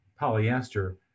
polyester